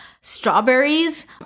strawberries